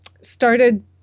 started